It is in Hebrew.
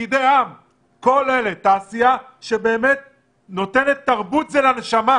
דבר שני --- התשובה היא שאין תשובה.